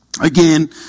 Again